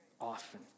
Often